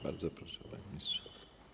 Bardzo proszę, panie ministrze.